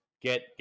Get